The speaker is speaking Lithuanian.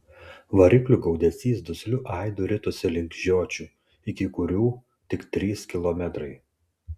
variklių gaudesys dusliu aidu ritosi link žiočių iki kurių tik trys kilometrai